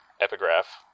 epigraph